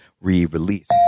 re-release